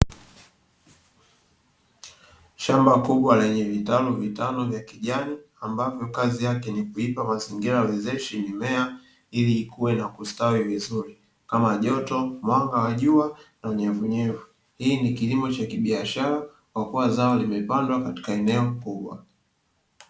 Shamba kubwa lenye vitalu vitano vya kijani ambavyo kazi yake ni kuipa mazingira wezeshi mimea, ili ikuwe na kustawi vizuri kama joto, mwanga wa jua na unyevunyevu. Hii ni kilimo cha kibiashara kwa kuwa zao limepandwa katika eneo kubwa.